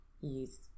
use